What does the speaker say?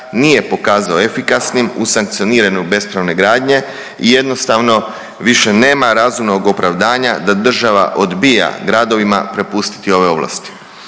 nije pokazao efikasnim u sankcioniranju bespravne gradnje i jednostavno više nema razumnog opravdanja da država odbija gradovima prepustiti ove ovlasti.